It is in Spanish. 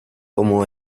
como